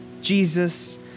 Jesus